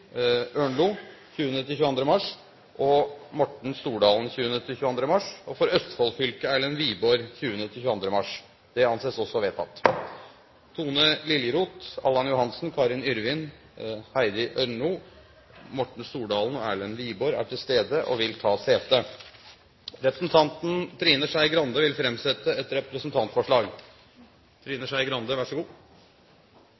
Ørnlo 20.–22. mars og Morten Stordalen 20.–22. mars For Østfold fylke: Erlend Wiborg 20.–22. mars Tone Liljeroth, Allan Johansen, Karin Yrvin, Heidi Ørnlo, Morten Stordalen og Erlend Wiborg er til stede og vil ta sete. Representanten Trine Skei Grande vil framsette et representantforslag.